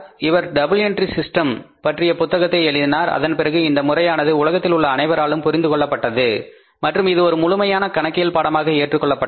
இவர் double entry system பற்றிய புத்தகத்தை எழுதினார் அதன் பிறகு இந்த முறையானது உலகத்திலுள்ள அனைவராலும் புரிந்து கொள்ளப்பட்டது மற்றும் இது ஒரு முழுமையான கணக்கியல் பாடமாக ஏற்றுக்கொள்ளப்பட்டது